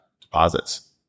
deposits